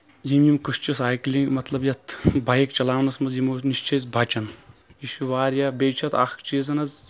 یِم یِم کٕسہٕ چھِ سایکلنٛگ مطلب یَتھ بایک چلاونَس منٛز یِمو نِش چھِ أسۍ بَچان یہِ چھُ واریاہ بیٚیہِ چھُ اکھ چیٖز حظ